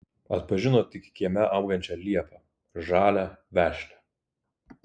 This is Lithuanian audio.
atpažino tik kieme augančią liepą žalią vešlią